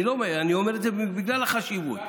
אני אומר את זה בגלל החשיבות.